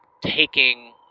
taking